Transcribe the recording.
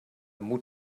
mut